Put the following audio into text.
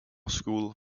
school